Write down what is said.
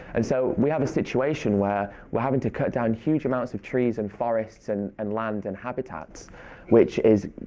and so we have a situation where we're having to cut down huge amounts of trees and forests and and land and habitats which is,